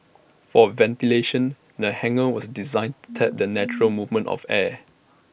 for ventilation the hangar was designed to tap the natural movement of air